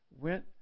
went